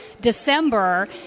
December